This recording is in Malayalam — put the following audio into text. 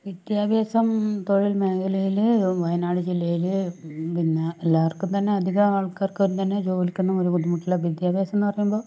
വിദ്യാഭ്യാസം തൊഴിൽ മേഖലയിൽ വയനാട് ജില്ലയിൽ പിന്നെ എല്ലാവർക്കും തന്നെ അധികം ആൾക്കാർക്കും തന്നെ ജോലിക്കൊന്നും ഒരു ബുദ്ധിമുട്ടില്ല വിദ്യാഭ്യാസമെന്നു പറയുമ്പോൾ